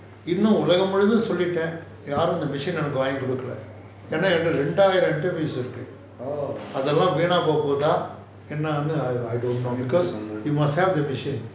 oh